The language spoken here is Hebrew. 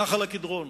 נחל-קדרון,